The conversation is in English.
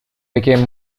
became